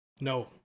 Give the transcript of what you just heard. No